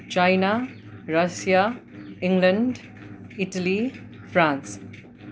China Russia England Italy France